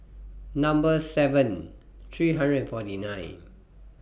Number seven three hundred and forty nine